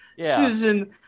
Susan